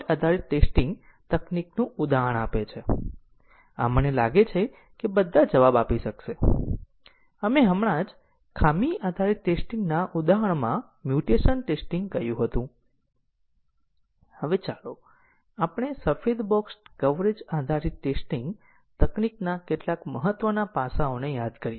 અમારી પાસે જો b c કરતાં વધારે 3 હોય તો c 5 અને આ સેલેક્શન બાદ સ્ટેટમેન્ટ સિકવન્સ પ્રકાર છે